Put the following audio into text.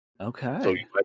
Okay